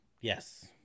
Yes